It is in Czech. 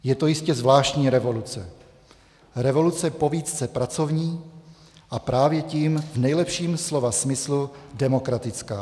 Je to jistě zvláštní revoluce revoluce po výtce pracovní a právě tím v nejlepším slova smyslu demokratická;